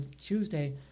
Tuesday